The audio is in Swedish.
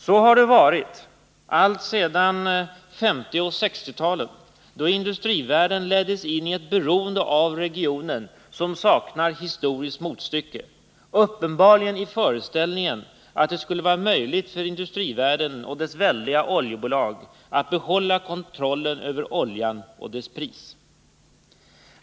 Så har det varit alltsedan 1950 och 1960-talen då industrivärlden leddes in i ett beroende av regionen som saknar historiskt motstycke, uppenbarligen i föreställningen att det skulle vara möjligt för industrivärlden och dess väldiga bolag att behålla kontrollen över oljan och dess pris.